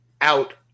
out